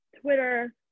Twitter